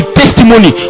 testimony